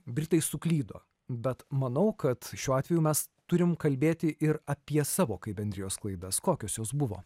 britai suklydo bet manau kad šiuo atveju mes turim kalbėti ir apie savo kaip bendrijos klaidas kokios jos buvo